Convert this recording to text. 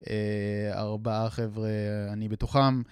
ארבעה, חבר'ה, אני בתוכם.